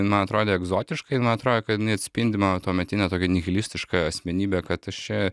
jin man atrodė egzotiškai jin man atrodė kad jinai atspindi mano tuometinę tokią nihilistišką asmenybę kad aš čia